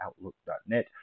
outlook.net